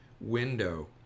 window